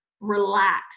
relax